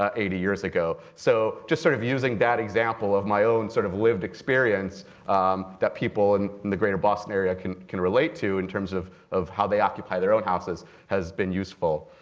ah eighty years ago. so just sort of using that example of my own sort of lived experience that people and in the greater boston area can can relate to in terms of of how they occupy their own houses has been useful.